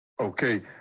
Okay